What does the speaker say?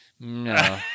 No